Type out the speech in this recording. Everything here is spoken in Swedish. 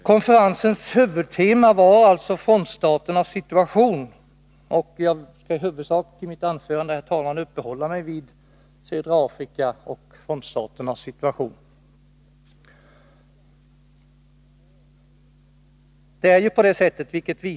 Konferensens huvudtema var som sagt frontstaternas situation, och jag skall i mitt anförande framför allt uppehålla mig vid förhållandena i södra Afrika.